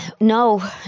No